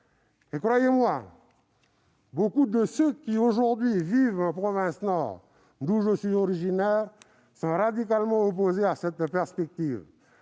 Croyez-moi, beaucoup de ceux qui aujourd'hui vivent en province Nord, d'où je suis originaire, sont radicalement opposés à cette perspective